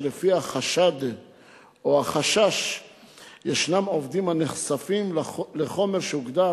שלפי החשד או החשש ישנם עובדים הנחשפים לחומר שהוגדר